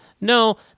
No